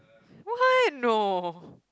what no